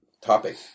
topic